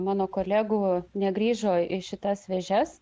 mano kolegų negrįžo į šitas vėžes